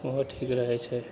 बहुत ठीक रहय छै